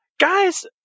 Guys